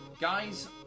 guys